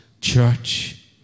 church